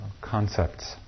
concepts